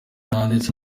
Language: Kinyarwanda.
nanditse